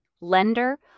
lender